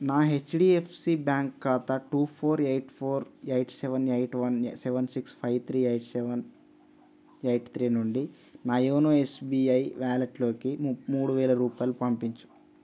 నా HDFC bank ఖాతా two four eight four eight seven eight one యా seven six five three eight seven eight three నుండి నా YONO SBI వ్యాలెట్లోకి ము మూడు వేల రూపాయాలు పంపించు